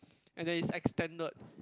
and then is extended